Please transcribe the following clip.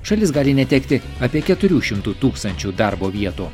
šalis gali netekti apie keturių šimtų tūkstančių darbo vietų